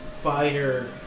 fire